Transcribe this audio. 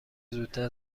زودتر